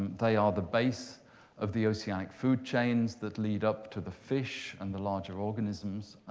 they are the base of the oceanic food chains that lead up to the fish and the larger organisms.